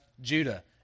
Judah